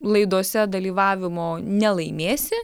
laidose dalyvavimo nelaimėsi